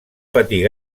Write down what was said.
patir